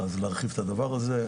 אז להרחיב את הדבר הזה.